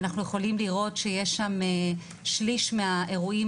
ואנחנו יכולים לראות ששליש מהאירועים